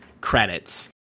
credits